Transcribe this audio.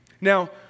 Now